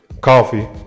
coffee